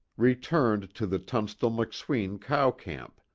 returned to the tunstall-mcsween cow camp,